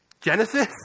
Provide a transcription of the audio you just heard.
Genesis